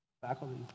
Faculty